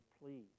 please